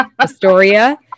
Astoria